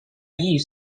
艺术